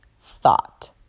thought